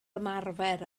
ymarfer